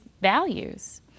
values